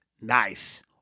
nice